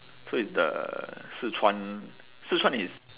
so it's the sichuan sichuan is